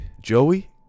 Joey